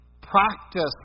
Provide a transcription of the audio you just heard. practice